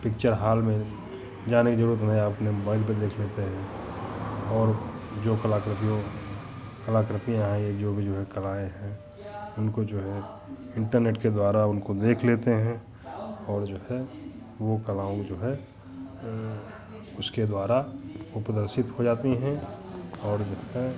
picture hall में जाने की ज़रूरत नहीं अपने मोबाइल पर देख लेते हैं और जो कलाकृतियों कलाकृतियाँ हैं यह जो भी जो हैं कलाएँ हैं उनको जो है इन्टरनेट के द्वारा उनको देख लेते हैं और जो है वह कलाओं को जो है उसके द्वारा वह प्रदर्शित हो जाती हैं और जो है